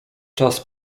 czas